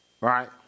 right